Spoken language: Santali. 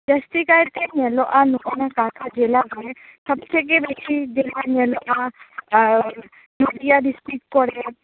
ᱡᱟ ᱥᱛᱤ ᱠᱟᱭᱛᱮ ᱧᱮᱞᱚᱜᱼᱟ ᱱᱚᱜᱼᱚᱭ ᱱᱚᱣᱟ ᱡᱤᱞᱟ ᱨᱮ ᱥᱚᱵ ᱛᱷᱮᱠᱮ ᱵᱮᱥᱤ ᱡᱤᱞᱞᱟ ᱧᱮᱞᱚᱜᱼᱟ ᱱᱚᱫᱤᱭᱟ ᱰᱤᱥᱴᱤᱠ ᱠᱚᱨᱮ